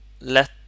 let